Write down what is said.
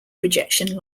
projection